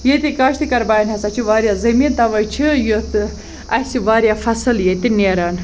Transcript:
ییٚتِکۍ کاشتہٕ کار باین ہسا چھُ واریاہ زٔمیٖن تَوے چھِ یِتھ اَسہِ واریاہ فَصٕل ییٚتہِ نیران